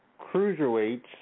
cruiserweights